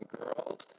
girls